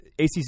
ACC